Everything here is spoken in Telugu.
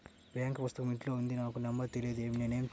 బాంక్ పుస్తకం ఇంట్లో ఉంది నాకు నంబర్ తెలియదు నేను ఏమి చెయ్యాలి?